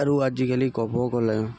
আৰু আজিকালি ক'ব গ'লে